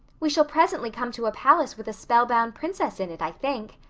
we shall presently come to a palace with a spellbound princess in it, i think.